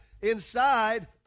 inside